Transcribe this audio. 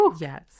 Yes